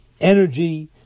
energy